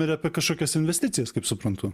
ir apie kažkokias investicijas kaip suprantu